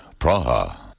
Praha